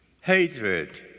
hatred